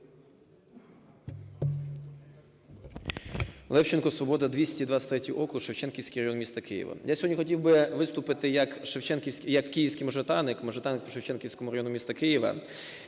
Левченко, "Свобода", 223 округ, Шевченківський район міста Києва. Я сьогодні хотів би виступити як київський мажоритарник, мажоритарник при Шевченківському районі міста Києва,